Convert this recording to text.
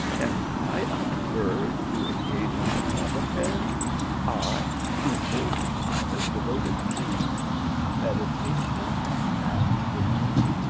am i a bird to engage in a love affair i whose whole time is devoted to meditation and the moon!